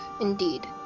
indeed